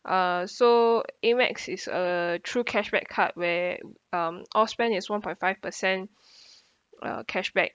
uh so amex is a true cashback card where um all spend is one point five percent uh cashback